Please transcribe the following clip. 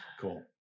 cool